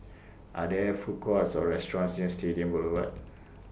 Are There Food Courts Or restaurants near Stadium Boulevard